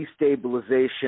destabilization